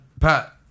Pat